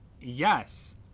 Yes